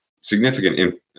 significant